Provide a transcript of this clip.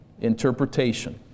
interpretation